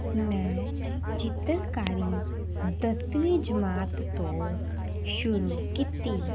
ਮੈਂ ਚਿੱਤਰਕਾਰੀ ਦਸਵੀਂ ਜਮਾਤ ਤੋਂ ਸ਼ੁਰੂ ਕੀਤੀ